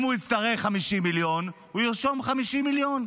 אם הוא יצטרך 50 מיליון, הוא ירשום 50 מיליון,